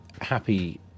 happy